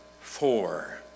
four